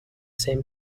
same